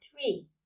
three